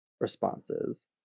responses